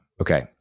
Okay